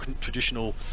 traditional